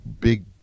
big